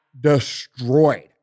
destroyed